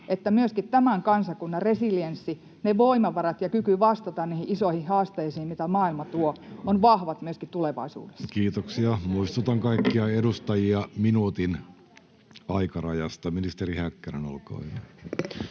että myöskin tämän kansakunnan resilienssi — ne voimavarat ja kyky vastata niihin isoihin haasteisiin, mitä maailma tuo — on vahva myöskin tulevaisuudessa? Kiitoksia. — Muistutan kaikkia edustajia minuutin aikarajasta. — Ministeri Häkkänen, olkaa hyvä.